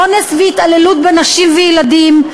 אונס והתעללות בנשים וילדים,